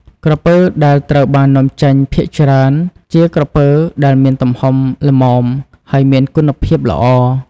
ក្រពើដែលត្រូវបាននាំចេញភាគច្រើនជាក្រពើដែលមានទំហំល្មម ហើយមានគុណភាពល្អ។